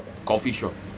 coffeeshop